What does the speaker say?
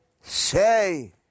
Say